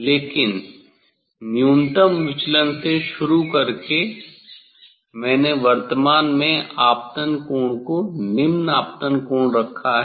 लेकिन न्यूनतम विचलन से शुरू करके मैंने वर्तमान में आपतन कोण को निम्न आपतन कोण रखा है